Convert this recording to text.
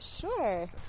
Sure